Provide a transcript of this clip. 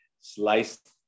sliced